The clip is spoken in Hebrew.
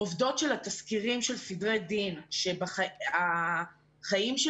עובדות של התסקירים של סדרי דין שהחיים של